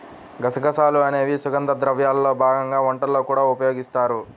గసగసాలు అనేవి సుగంధ ద్రవ్యాల్లో భాగంగా వంటల్లో కూడా ఉపయోగిస్తారు